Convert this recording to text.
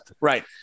Right